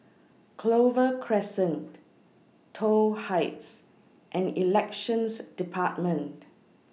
Clover Crescent Toh Heights and Elections department